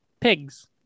pigs